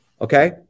okay